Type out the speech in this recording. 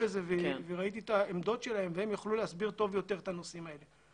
בזה והם יוכלו להסביר טוב יותר את הנושאים האלה.